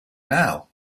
now